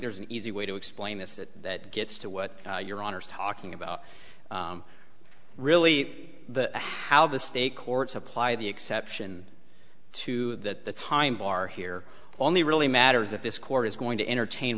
there's an easy way to explain this that gets to what your honor is talking about really the a how the state courts apply the exception to that time bar here only really matters if this court is going to entertain